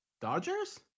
Dodgers